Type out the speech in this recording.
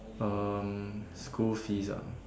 um school fees ah